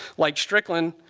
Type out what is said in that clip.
like strickland,